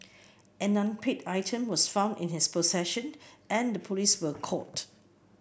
an unpaid item was found in his possession and the police were called